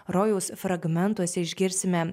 rojaus fragmentuose išgirsime